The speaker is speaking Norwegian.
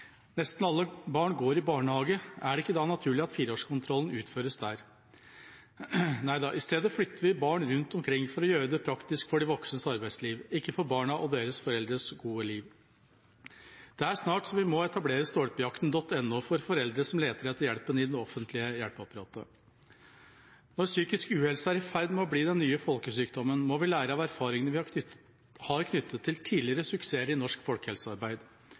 Nesten alle barn går i barnehage. Er det ikke da naturlig at fireårskontrollen utføres der? Nei da, i stedet flytter vi barn rundt omkring for å gjøre det praktisk for de voksnes arbeidsliv, ikke for barna og deres foreldres gode liv. Det er snart så vi må etablere Stolpejakten.no for foreldre som leter etter hjelp i det offentlige hjelpeapparatet. Når psykisk uhelse er i ferd med å bli den nye folkesykdommen, må vi lære av erfaringene vi har knyttet til tidligere suksesser i norsk folkehelsearbeid.